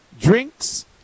drinks